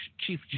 Chief